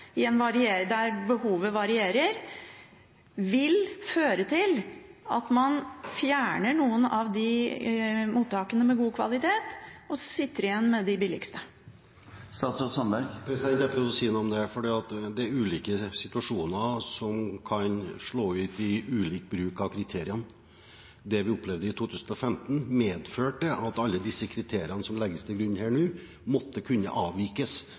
en nedleggingsprosess – der behovet varierer – vil føre til at man fjerner noen av mottakene med god kvalitet og sitter igjen med de billigste? Jeg prøvde å si noe om det. Det er ulike situasjoner som kan slå ut i ulik bruk av kriteriene. Det vi opplevde i 2015, medførte at alle de kriteriene som legges til grunn nå, måtte kunne avvikes